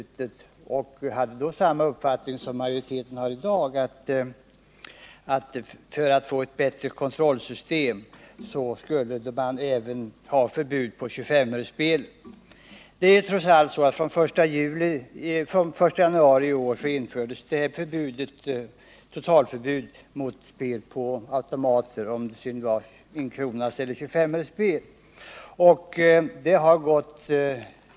Utskottets majoritet hade då samma uppfattning som utskottsmajoriteten har i dag, nämligen att vi, för att få ett bättre kontrollsystem, även skall ha förbud mot tjugofemöresspel. fr.o.m. den I januari i år infördes därför totalförbud mot spel på automat — det gäller alltså både enkronasoch tjugofemöresspel.